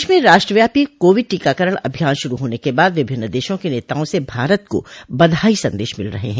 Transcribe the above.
देश में राष्ट्रव्यापी कोविड टीकाकरण अभियान शुरु होने के बाद विभिन्न देशों के नेताओं से भारत को बधाई संदेश मिल रहे हैं